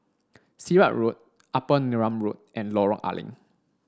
Sirat Road Upper Neram Road and Lorong A Leng